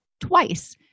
twice